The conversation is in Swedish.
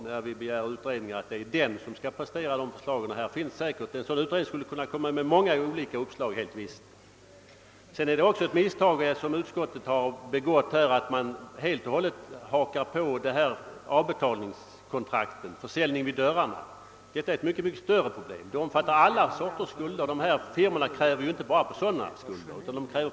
När vi begär en utredning brukar vi ju räkna med att den skall presentera förslag. En sådan här utredning skulle helt visst kunna komma med olika uppslag. Utskottet har även begått det misstaget, att det helt och hållet hängt upp sitt yttrande på frågan om avbetalningskontrakten och försäljningen vid dörrarna. Motionen gäller emellertid ett mycket större problem. Den avser alla sorters skulder; dessa firmor kräver inte bara på avbetalningsskulder.